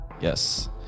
Yes